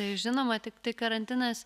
žinoma tiktai karantinas